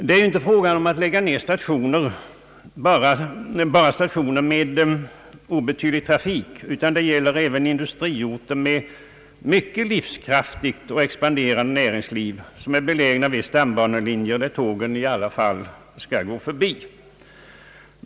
Det är inte fråga om att endast lägga ned stationer med obetydlig trafik, utan det gäller även industriorter med mycket livskraftigt och expanderande näringsliv, vilka är belägna vid stambanelinjer där tågen i alla fall går förbi.